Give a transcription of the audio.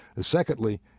Secondly